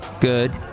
Good